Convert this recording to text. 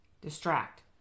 Distract